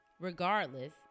Regardless